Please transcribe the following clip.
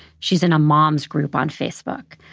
she's in a moms group on facebook.